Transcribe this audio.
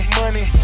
money